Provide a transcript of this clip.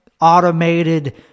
automated